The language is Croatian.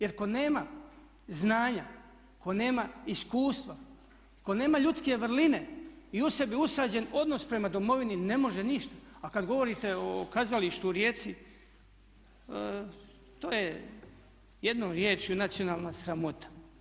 Jer tko nema znanja, tko nema iskustva, tko nema ljudske vrline i u sebi usađen odnos prema Domovini ne može ništa, a kad govorite o kazalištu u Rijeci to je jednom riječju nacionalna sramota.